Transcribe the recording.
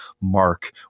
mark